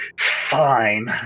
fine